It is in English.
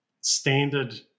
standard